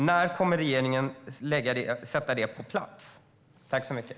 När kommer regeringen att sätta denna skolplikt på plats?